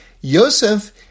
Yosef